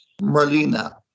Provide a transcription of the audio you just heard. Marlena